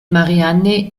marianne